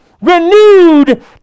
renewed